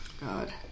God